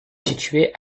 situé